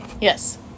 yes